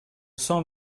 cent